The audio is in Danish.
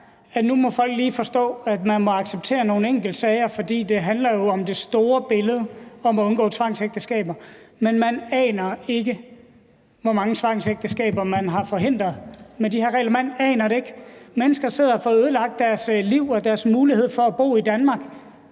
at nu må folk lige forstå, at man må acceptere nogle enkeltsager, fordi det jo handler om det store billede og om at undgå tvangsægteskaber. Men man aner ikke, hvor mange tvangsægteskaber man har forhindret med de her regler. Man aner det ikke. Mennesker sidder og får ødelagt deres liv og deres mulighed for at bo i Danmark